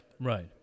Right